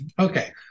Okay